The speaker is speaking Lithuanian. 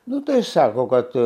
nu tai sako kad